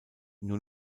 nur